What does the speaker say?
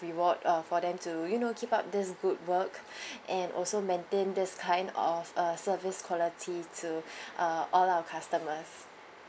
reward uh for them to you know keep up this good work and also maintain this kind of uh service quality to uh all our customers